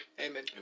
Amen